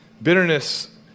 Bitterness